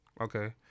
Okay